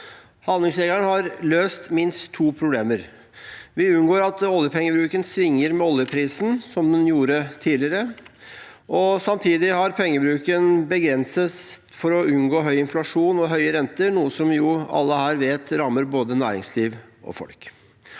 Handlingsregelen har løst minst to problemer: Vi unngår at oljepengebruken svinger med oljeprisen, som den gjorde tidligere, og samtidig begrenses pengebruken for å unngå høy inflasjon og høye renter, noe som alle her vet rammer både næringsliv og folk.